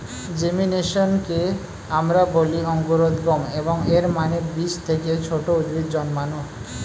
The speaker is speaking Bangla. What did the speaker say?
জেমিনেশনকে আমরা বলি অঙ্কুরোদ্গম, এবং এর মানে বীজ থেকে ছোট উদ্ভিদ জন্মানো